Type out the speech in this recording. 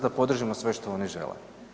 Da podržimo sve što oni žele.